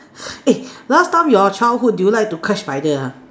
eh last time your childhood do you like to catch spider ah